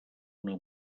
una